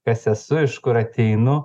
kas esu iš kur ateinu